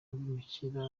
abimukira